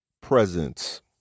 presence